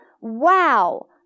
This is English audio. wow